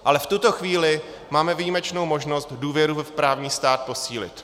Ale v tuto chvíli máme výjimečnou možnost důvěru v právní stát posílit.